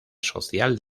social